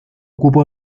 ocupa